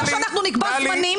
או שאנחנו נקבע זמנים